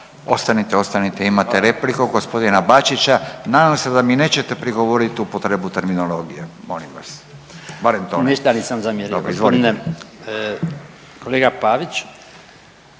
Ostanite, ostanite imate repliku gospodina Bačića. Nadam se da mi nećete prigovoriti upotrebu terminologije. Molim vas, barem to ne. Izvolite. **Bačić,